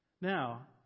Now